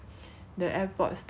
the airpods is the old type